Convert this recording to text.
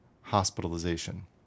hospitalization